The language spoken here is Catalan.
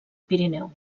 pirineu